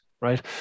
right